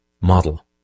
model